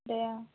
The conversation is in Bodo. दे